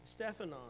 Stephanon